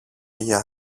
για